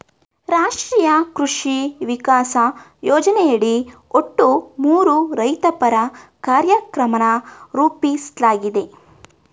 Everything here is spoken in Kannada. ರಾಷ್ಟ್ರೀಯ ಕೃಷಿ ವಿಕಾಸ ಯೋಜನೆಯಡಿ ಒಟ್ಟು ಮೂರು ರೈತಪರ ಕಾರ್ಯಕ್ರಮನ ರೂಪಿಸ್ಲಾಗಿದೆ